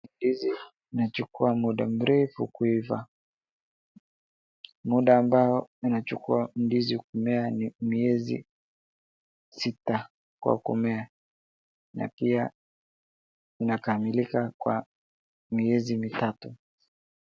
Ndizi inachukua munda murefu kuiva. Munda ambao inachukua ndizi kumea ni miezi sita kwa kumea na pia inakamilika kwa miezi mitatu.